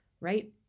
right